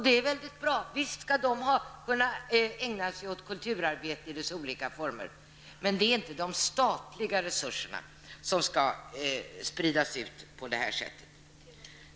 Det är bra, och visst skall också de kunna bedriva kulturverksamhet i dess olika former. Men statliga resurser skall inte spridas ut på detta sätt.